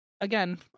Again